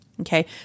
Okay